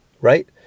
right